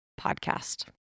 podcast